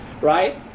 right